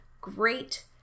great